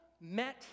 met